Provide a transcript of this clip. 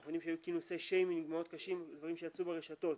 אנחנו יודעים שהיו כינוסי שיימינג מאוד קשים אלה דברים שיצאו ברשתות.